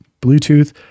Bluetooth